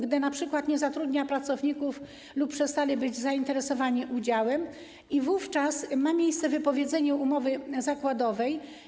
Gdy np. nie zatrudnia się pracowników lub przestali być oni zainteresowani udziałem, wówczas ma miejsce wypowiedzenie umowy zakładowej.